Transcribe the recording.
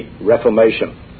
Reformation